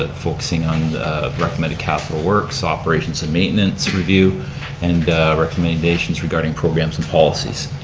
ah focusing on the recommended capital works, operations and maintenance review and recommendations regarding programs and policies.